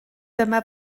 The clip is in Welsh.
dyma